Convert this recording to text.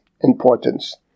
importance